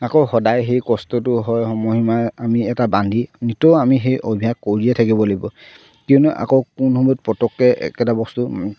আকৌ সদায় সেই কষ্টটো হয় আমি এটা বান্ধি নিতৌ আমি সেই অভ্যাস কৰিয়ে থাকিব লাগিব কিয়নো আকৌ কোন সময়ত পতককে একেটা বস্তু